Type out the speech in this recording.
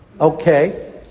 Okay